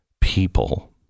people